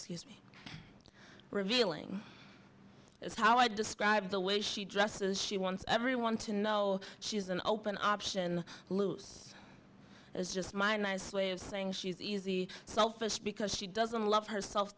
excuse me revealing it's how i describe the way she dresses she wants everyone to know she's an open option loose is just my nice way of saying she's easy selfish because she doesn't love herself